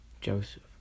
Joseph